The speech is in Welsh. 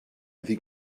iddi